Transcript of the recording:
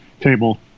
table